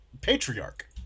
Patriarch